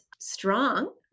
strong